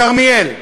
בכרמיאל,